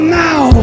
now